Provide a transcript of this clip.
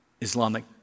Islamic